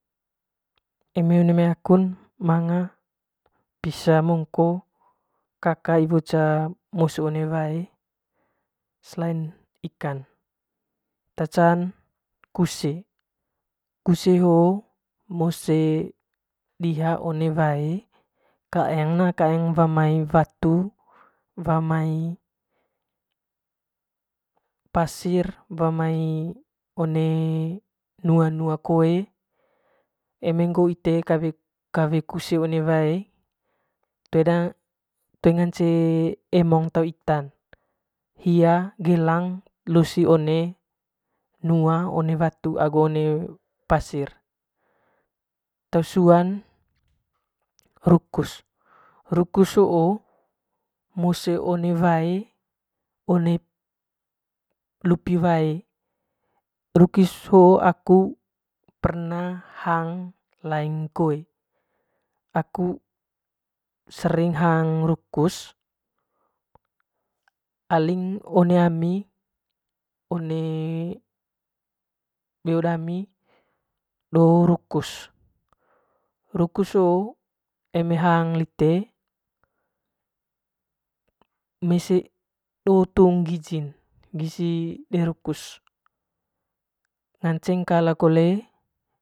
Eme one mai kaun manga pisa mongko selain ikan te camn kuse kuse ho mose diha one wae kaeng na wa mai watu wa mai pasar wa mai one mai nua- nua koe eme ngoo ite kawe kuse one wae toe emong te itan hia gelang losi one nu one watu agu one pasir, tesuan rukus rukus hoo moe one wae lupi one wae aku perna hang laing koe aku sering hang rukus aling one ami one beo dami do rukus, rukus hoo eme hang lite do tuung gijin ngaceng kala kole.